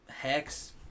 Hex